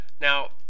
Now